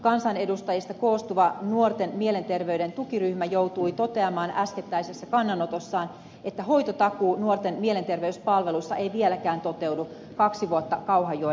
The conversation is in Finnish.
kansanedustajista koostuva nuorten mielenterveyden tukiryhmä joutui toteamaan äskettäisessä kannanotossaan että hoitotakuu nuorten mielenterveyspalveluissa ei vieläkään toteudu kaksi vuotta kauhajoen jälkeen